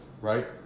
Right